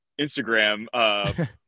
Instagram